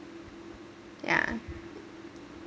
yeah